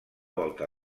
volta